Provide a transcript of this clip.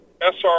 SR